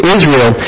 Israel